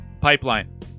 pipeline